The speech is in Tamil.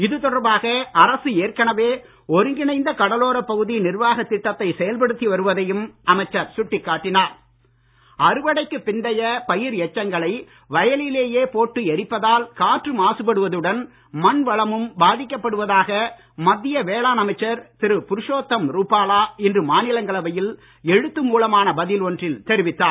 இதுதொடர்பாக அரசு ஏற்கனவே ஒருங்கிணைந்த கடலோரப் பகுதி நிர்வாகத் திட்டத்தை செயல்படுத்தி வருவதையும் அமைச்சர் சுட்டிக்காட்டினார் பயிர் எச்சம் அறுவடைக்கு பிந்தைய பயிர் எச்சங்களை வயலிலேயே போட்டு எரிப்பதால் காற்று மாசுபடுவதுடன் மண் வளமும் பாதிக்கப்படுவதாக மத்திய வேளாண் அமைச்சர் திரு புருஷோத்தம் ரூபாலா இன்று மாநிலங்களவையில் எழுத்து மூலமான பதில் ஒன்றில் தெரிவித்தார்